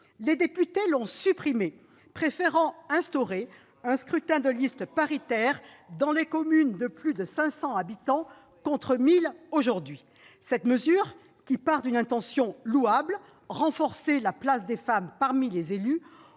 Les députés l'ont supprimé, préférant instaurer un scrutin de liste paritaire dans les communes de plus de 500 habitants, contre 1 000 aujourd'hui. Cette mesure, qui part d'une intention louable -renforcer la place des femmes parmi les élus